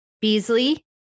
Beasley